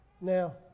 Now